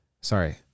Sorry